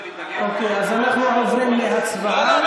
אוקיי, אז אנחנו עוברים להצבעה.